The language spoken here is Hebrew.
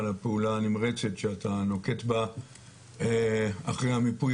על הפעולה הנמרצת שאתה נוקט בה אחרי המיפוי